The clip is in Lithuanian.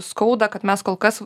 skauda kad mes kol kas